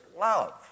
love